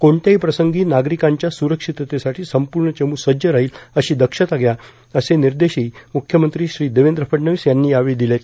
कोणत्याही प्रसंगी नागरिकांच्या सुरक्षितेसाठी संपूर्ण चमू सज्ज राहील अशी दक्षता घ्या असे निर्देशही मुख्यमंत्री श्री देवेंद्र फडणवीस यांनी यावेळी दिलेत